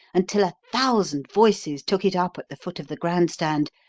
until a thousand voices took it up at the foot of the grand stand,